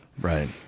Right